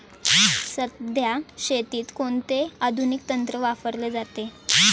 सध्या शेतीत कोणते आधुनिक तंत्र वापरले जाते?